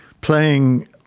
playing